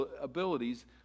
abilities